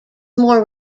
more